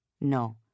No